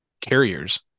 carriers